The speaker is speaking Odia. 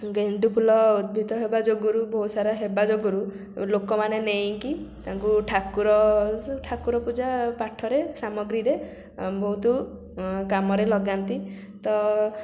ଗେଣ୍ଡୁ ଫୁଲ ଉଦ୍ଭିଦ ହେବା ଯୋଗୁରୁ ବହୁୁତ ସାରା ହେବା ଯୋଗୁରୁ ଲୋକମାନେ ନେଇକି ତାଙ୍କୁ ଠାକୁର ସେ ଠାକୁର ପୂଜା ପାଠରେ ସାମଗ୍ରୀରେ ବହୁତ କାମରେ ଲଗାନ୍ତି ତ